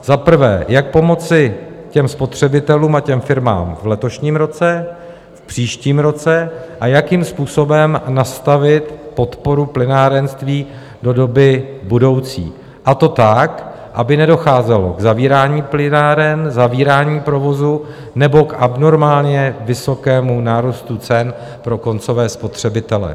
Za prvé, jak pomoci spotřebitelům a firmám v letošním roce, v příštím roce a jakým způsobem nastavit podporu plynárenství do doby budoucí, a to tak, aby nedocházelo k zavírání plynáren, k zavírání provozů nebo k abnormálně vysokému nárůstu cen pro koncové spotřebitele.